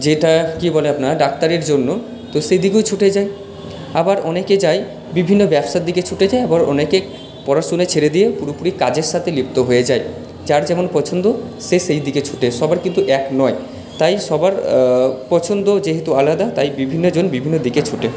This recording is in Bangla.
যেটা কী বলে আপনার ডাক্তারের জন্য তো সেই দিকেও ছুটে যায় আবার অনেকে চায় বিভিন্ন ব্যবসার দিকে ছুটে যায় আবার অনেকে পড়াশুনা ছেড়ে দিয়ে পুরোপুরি কাজের সাথে লিপ্ত হয়ে যায় যার যেমন পছন্দ সে সেই দিকে ছুটে সবার কিন্তু এক নয় তাই সবার পছন্দ যেহেতু আলাদা তাই বিভিন্নজন বিভিন্ন দিকে ছুটে